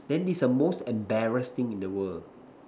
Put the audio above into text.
then this a most embarrass thing in the world